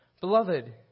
Beloved